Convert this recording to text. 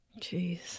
Jeez